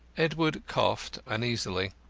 edward coughed uneasily.